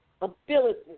ability